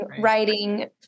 writing